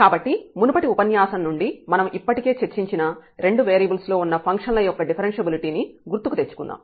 కాబట్టి మునుపటి ఉపన్యాసం నుండి మనం ఇప్పటికే చర్చించిన రెండు వేరియబుల్స్ లో ఉన్న ఫంక్షన్ల యొక్క డిఫరెన్ష్యబిలిటీ ని గుర్తుకు తెచ్చుకుందాం